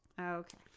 Okay